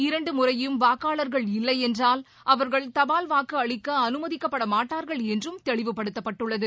இரண்டுமுறையும் வாக்காளர்கள் இல்லையென்றால் அவர்கள் தபால் வாக்கு அளிக்க அனுமதிக்கப்படமாட்டார்கள் என்றும் தெளிவுப்படுத்தப்பட்டுள்ளது